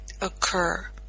occur